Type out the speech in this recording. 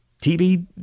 TV